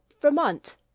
Vermont